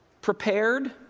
prepared